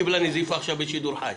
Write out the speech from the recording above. קיבלה נזיפה עכשיו בשידור חי.